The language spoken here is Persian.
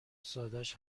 سادش